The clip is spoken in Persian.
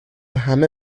همه